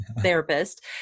therapist